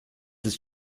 ist